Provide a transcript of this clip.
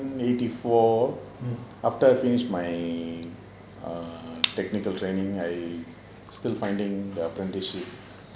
eighty four after I finish my err technical training I still finding the apprenticeship